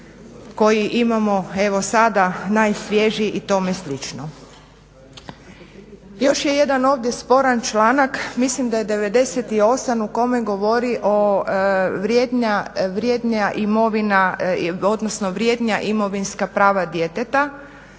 koji imamo evo sada najsvježiji i tome slično. Još je jedan ovdje sporan članak, mislim da je 98., u kome govori o vrjednija imovina odnosno